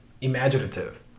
imaginative